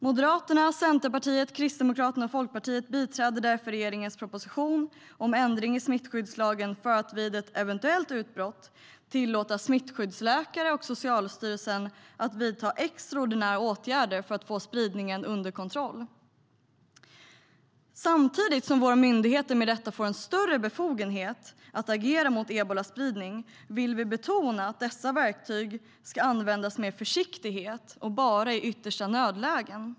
Moderaterna, Centerpartiet, Kristdemokraterna och Folkpartiet biträder därför regeringens proposition om ändring i smittskyddslagen för att vid ett eventuellt utbrott tillåta smittskyddsläkare och Socialstyrelsen att vidta extraordinära åtgärder för att få spridningen under kontroll. Samtidigt som våra myndigheter med detta får en större befogenhet att agera mot ebolaspridning vill vi betona att dessa verktyg ska användas med försiktighet och bara i yttersta nödläge.